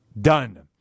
done